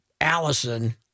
Allison